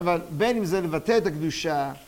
אבל בין אם זה לבטא את הקדושה...